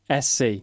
SC